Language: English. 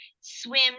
swim